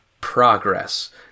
progress